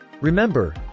Remember